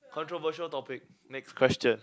controversial topic next question